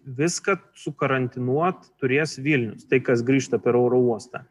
viską sukarantinuot turės vilnius tai kas grįžta per oro uostą